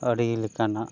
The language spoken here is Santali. ᱟᱹᱰᱤ ᱞᱮᱠᱟᱱᱟᱜ